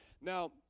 Now